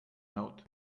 note